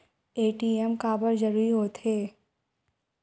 ATM काबर जरूरी हो थे?